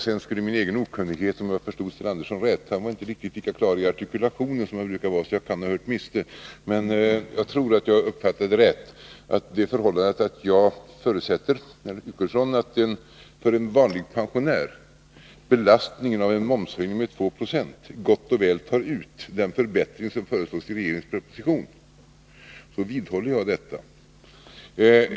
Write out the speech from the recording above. Sedan skulle min egen okunnighet, om jag förstod Sten Andersson rätt — Upphävande av han var inte riktigt lika klar i artikulationen som har brukar vara, så jag kan = beslutet om ha hört fel, men jag tror att jag uppfattade det rätt — visas av det förhållandet att jag utgår ifrån att belastningen av en momshöjning med 2 96 för en vanlig pensionär gått och väl tar ut den förbättring som föreslås i regeringens proposition. Jag vidhåller detta.